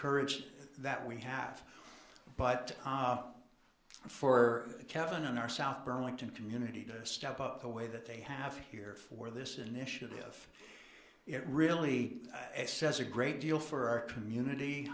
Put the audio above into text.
courage that we have but for kevin in our south burlington community to step up the way that they have here for this initiative it really says a great deal for our community